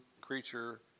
creature